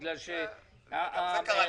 דרך אגב, אף אחד כאן לא אמר למה,